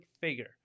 figure